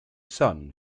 son